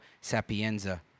Sapienza